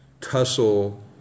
tussle